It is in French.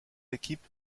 équipes